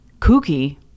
kooky